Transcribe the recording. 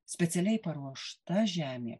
specialiai paruošta žemė